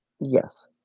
Yes